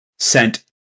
sent